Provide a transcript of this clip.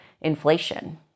inflation